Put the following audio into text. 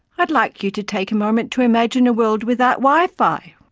i'd like you to take a moment to imagine a world without wi fi.